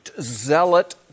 zealot